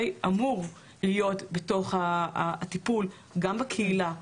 אמור להיות בתוך הטיפול גם בקהילה,